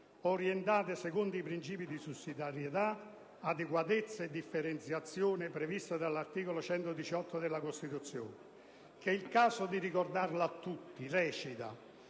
orientate secondo i principi di sussidiarietà, adeguatezza e differenziazione previsti dall'articolo 118 della Costituzione, che - è il caso di ricordarlo a tutti - recita: